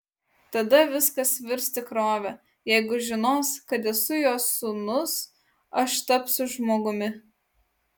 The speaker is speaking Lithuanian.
tada viskas virs tikrove jeigu žinos kad esu jo sūnus aš tapsiu žmogumi